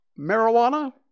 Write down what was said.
marijuana